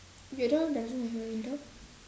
your door doesn't have a window